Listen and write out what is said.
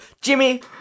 Jimmy